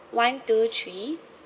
one two three